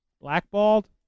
Blackballed